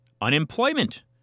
unemployment